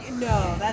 No